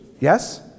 yes